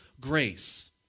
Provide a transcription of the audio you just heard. grace